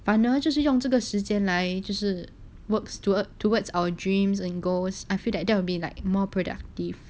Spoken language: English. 反正就是用这个时间来就是 works to uh towards our dreams and goals I feel that there will be like more productive